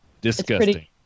Disgusting